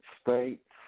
states